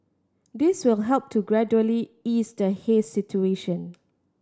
this will help to gradually ease the haze situation